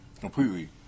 completely